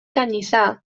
canyissar